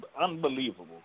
unbelievable